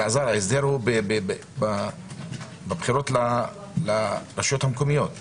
אלעזר, ההסדר הוא בבחירות לרשויות המקומיות.